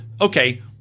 okay